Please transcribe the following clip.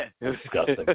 Disgusting